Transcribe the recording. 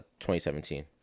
2017